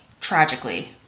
tragically